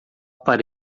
para